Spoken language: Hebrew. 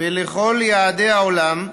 ולכל יעדי העולם,